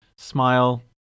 Smile